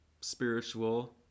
spiritual